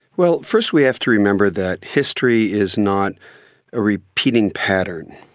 well, firstly have to remember that history is not a repeating pattern,